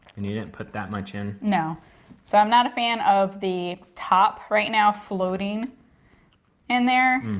and you didn't put that much in. no so i'm not a fan of the top right now floating in there,